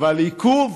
אבל עיכוב?